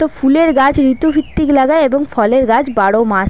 তো ফুলের গাছ ঋতুভিত্তিক লাগাই এবং ফলের গাছ বারো মাস